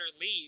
leave